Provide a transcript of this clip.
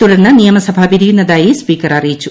തുടർന്ന് നിയമസഭ പിരിയുന്നതായി സ്പീക്കർ അറിയിച്ചു